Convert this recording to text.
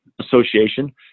Association